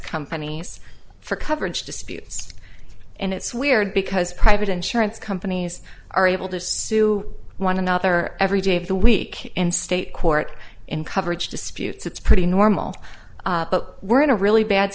companies for coverage disputes and it's weird because private insurance companies are able to sue one another every day of the week in state court in coverage disputes it's pretty normal but we're in a really bad